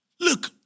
Look